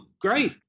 great